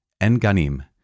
Enganim